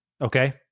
Okay